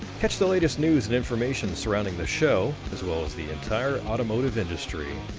catch the latest news and information surrounding the show as well as the entire automotive industry.